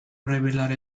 revelar